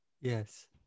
Yes